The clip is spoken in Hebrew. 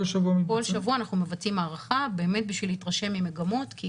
כל שבוע אנחנו מבצעים הערכה באמת בשביל להתרשם ממגמות כי